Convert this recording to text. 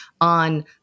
on